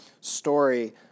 story